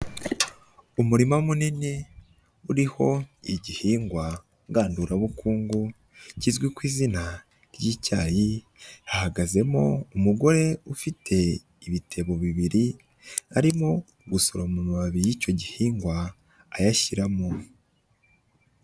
Umurima munini uriho igihingwa ngandurabukungu kizwi ku izina ry'icyayi hahagazemo umugore ufite ibitebo bibiri arimo gusuroma amababi y'icyo gihingwa ayashyiramo.